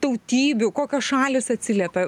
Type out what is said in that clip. tautybių kokios šalys atsiliepia